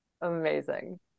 amazing